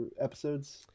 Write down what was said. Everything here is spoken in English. episodes